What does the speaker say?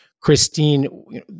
Christine